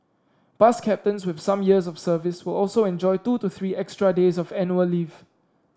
bus captains with some years of service will also enjoy two to three extra days of annual leave